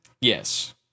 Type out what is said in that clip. Yes